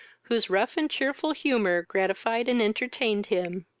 whose rough and cheerful humour gratified and entertained him.